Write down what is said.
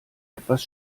etwas